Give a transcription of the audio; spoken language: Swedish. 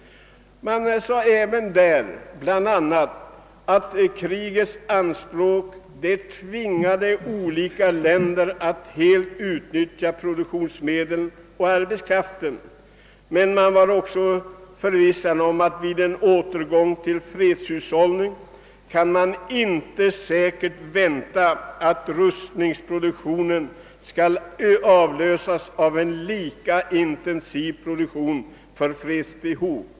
Det står vidare att krigets anspråk tvingade olika länder att helt utnyttja produktionsmedel och arbetskraften. Man var också förvissad om att vid en återgång till fredshushållning kan man inte säkert vänta att rustningsproduktionen skall avlösas av en lika intensiv produktion för fredsbehov.